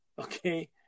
Okay